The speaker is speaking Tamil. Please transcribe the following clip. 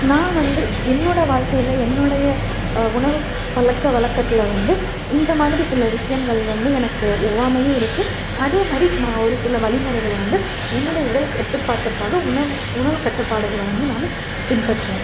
நான் வந்து என்னோடய வாழ்க்கையில் என்னுடைய உணவு பழக்கவழக்கத்தில் வந்து இந்தமாதிரி சில விஷயங்கள் வந்து எனக்கு ஒவ்வாமையும் இருக்குது அதேமாதிரி நான் ஒரு சில வழிமுறைகளை வந்து என்னுடைய உடல் கட்டுப்பாட்டுக்காக உணவு உணவு கட்டுப்பாடுகளை வந்து நான் பின்பற்றுறேன்